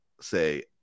say